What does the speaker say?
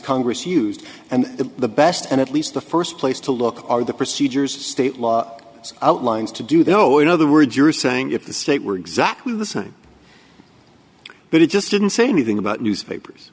congress used and the best and at least the first place to look are the procedures a state law outlines to do though in other words you're saying if the state were exactly the same but it just didn't say anything about newspapers